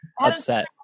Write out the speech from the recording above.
upset